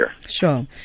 Sure